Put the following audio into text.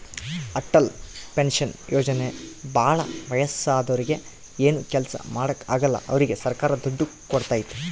Atal pension ಯೋಜನೆ ಭಾಳ ವಯಸ್ಸಾದೂರಿಗೆ ಏನು ಕೆಲ್ಸ ಮಾಡಾಕ ಆಗಲ್ಲ ಅವ್ರಿಗೆ ಸರ್ಕಾರ ದುಡ್ಡು ಕೋಡ್ತೈತಿ